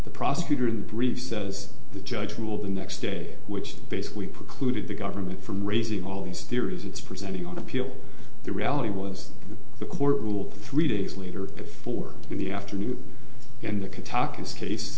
the prosecutor in brief says the judge will the next day which basically precluded the government from raising all these theories it's presenting on appeal the reality was the court ruled three days later at four in the afternoon in the